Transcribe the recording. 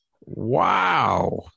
Wow